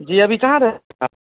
जी अभी कहाँ रहते आप